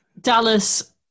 Dallas